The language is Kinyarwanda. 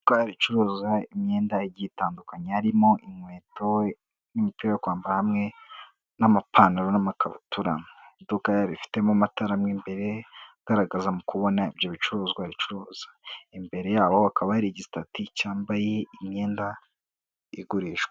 Itwarara icuruza imyenda igihe itandukanye, harimo inkweto, n'imipira yo kwambara, hamwe n'amapantaro n'amakabutura, mu iduka bifitemo amatara mu imbere, agaragaza mu kubona ibyo bicuruzwa bicuruza, imbere yabo akaba ari igisitati, cyambaye imyenda igurishwa.